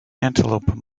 antelope